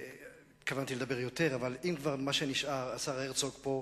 התכוונתי לדבר יותר, אבל במה שנשאר, השר הרצוג פה,